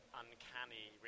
uncanny